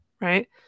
right